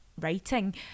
writing